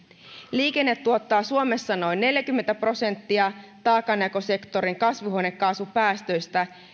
liikenne tuottaa suomessa noin neljäkymmentä prosenttia taakanjakosektorin kasvihuonekaasupäästöistä